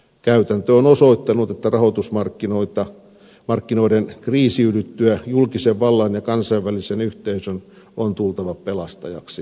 käytäntö on osoittanut että rahoitusmarkkinoiden kriisiydyttyä julkisen vallan ja kansainvälisen yhteisön on tultava pelastajaksi